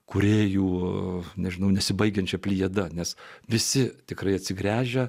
kūrėjų nežinau nesibaigiančia plejada nes visi tikrai atsigręžia